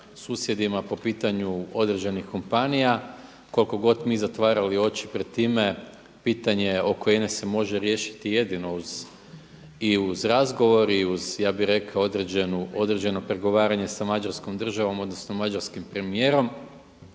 susjedima po pitanju određenih kompanija, koliko god mi zatvarali oči pred time pitanje oko INA-e se može riješiti jedino uz razgovor i ja bih rekao uz određeno pregovaranje sa Mađarskom državom odnosno mađarskim premijerom.